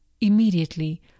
Immediately